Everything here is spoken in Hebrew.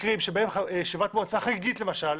מקרים בהם ישיבת מועצה חגיגית למשל,